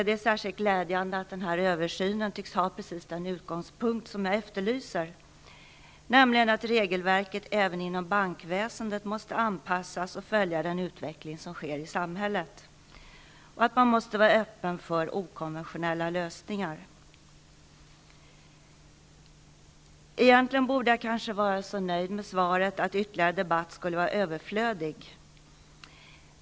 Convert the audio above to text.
Det är särskilt glädjande att översynen har den utgångspunkt jag efterlyser, nämligen att regelverket även inom bankväsendet måste anpassas och följa den utveckling som sker i samhället och att det måste finnas en öppenhet för okonventionella lösningar. Egentligen borde jag vara så nöjd med svaret att ytterligare debatt skulle vara överflödig.